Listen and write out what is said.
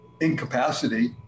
incapacity